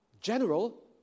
General